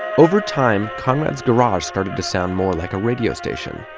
over time, conrad's garage started to sound more like a radio station.